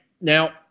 Now